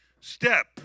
Step